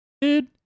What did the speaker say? dude